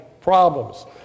problems